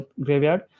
graveyard